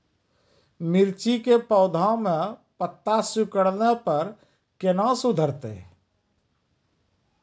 मिर्ची के पौघा मे पत्ता सिकुड़ने पर कैना सुधरतै?